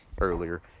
earlier